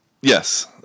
Yes